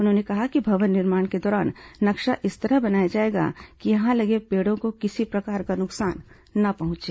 उन्होंने कहा कि भवन निर्माण के दौरान नक्शा इस तरह बनाया जाएगा कि यहां लगे पेड़ों को किसी प्रकार का नुकसान न पहुंचे